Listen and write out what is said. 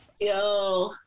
Yo